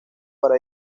para